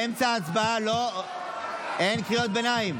חברי הכנסת, באמצע הצבעה אין קריאות ביניים.